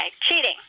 Cheating